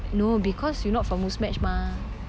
no because you not from Muzmatch mah